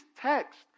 text